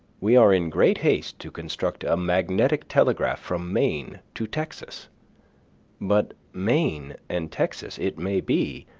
we are in great haste to construct a magnetic telegraph from maine to texas but maine and texas, it may be,